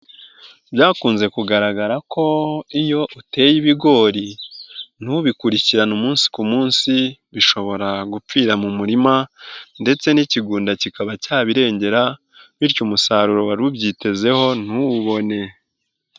Byakunze kugaragara ko iyo uteye ibigori ntubikurikirane umunsi ku munsi bishobora gupfira mu murima ndetse n'ikigunda kikaba cyabirengera, bityo umusaruro wari ubyitezeho ntuwubone.